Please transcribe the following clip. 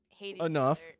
Enough